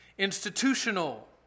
institutional